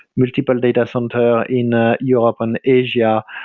multiple data sometimes in ah europe and asia.